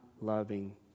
loving